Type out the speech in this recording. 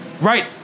Right